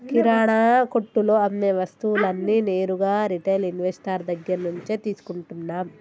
కిరణా కొట్టులో అమ్మే వస్తువులన్నీ నేరుగా రిటైల్ ఇన్వెస్టర్ దగ్గర్నుంచే తీసుకుంటన్నం